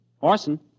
Orson